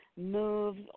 moves